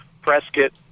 Prescott